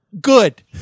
Good